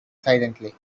silently